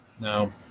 No